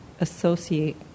associate